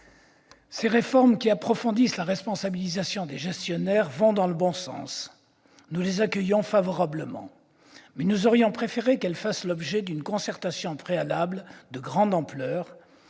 Ces réformes, qui approfondissent la responsabilisation des gestionnaires, vont dans le bon sens ; nous les accueillons favorablement. Mais nous aurions préféré qu'elles fassent l'objet d'une concertation préalable de grande ampleur,